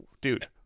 dude